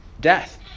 death